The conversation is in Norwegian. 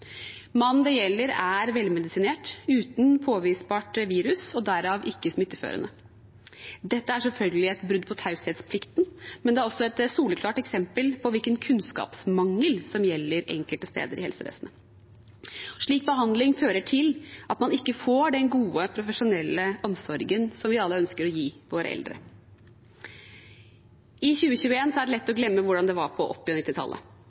det gjelder, er velmedisinert, uten påvisbart virus og derfor ikke smitteførende. Dette er selvfølgelig et brudd på taushetsplikten, men det er også et soleklart eksempel på hvilken kunnskapsmangel som gjelder enkelte steder i helsevesenet. Slik behandling fører til at man ikke får den gode, profesjonelle omsorgen vi alle ønsker å gi våre eldre. I 2021 er det lett å glemme hvordan det var på